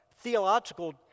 theological